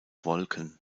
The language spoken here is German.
wolken